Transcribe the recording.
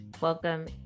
Welcome